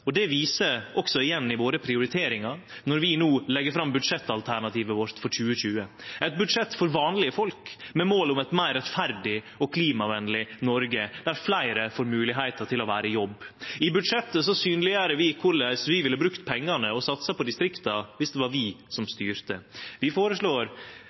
distrikta. Det viser også prioriteringane våre når vi no legg fram budsjettalternativet vårt for 2020, eit budsjett for vanlege folk, med mål om eit meir rettferdig og klimavenleg Noreg, der fleire får moglegheiter til å vere i jobb. I budsjettet synleggjer vi korleis vi ville brukt pengane og satsa på distrikta dersom det var vi som